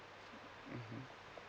mmhmm